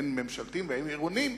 הן ממשלתיים והן עירוניים,